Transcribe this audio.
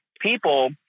people